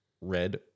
red